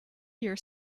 year